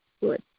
good